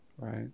Right